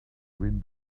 wind